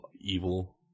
evil